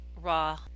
raw